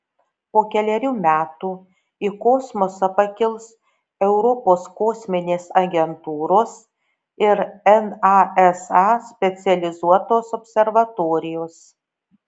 po kelerių metų į kosmosą pakils europos kosminės agentūros ir nasa specializuotos observatorijos